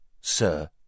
Sir